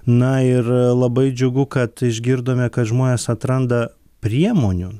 na ir labai džiugu kad išgirdome kad žmonės atranda priemonių